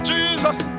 Jesus